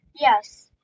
Yes